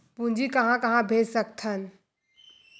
पूंजी कहां कहा भेज सकथन?